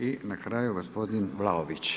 I na kraju gospodin Vlaović.